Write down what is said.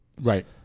Right